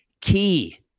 key